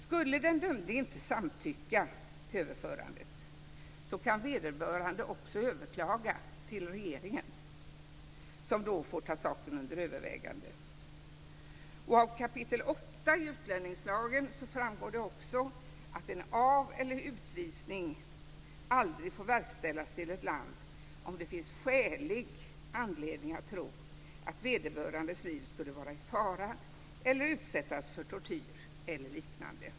Skulle den dömde inte samtycka till överförandet kan vederbörande överklaga till regeringen som då får ta saken under övervägande. Av kap. 8 i utlänningslagen framgår det också att en av eller utvisning aldrig får verkställas till ett land om det finns skälig anledning att tro att vederbörandes liv skulle vara i fara eller att vederbörande skulle utsättas för tortyr eller liknande.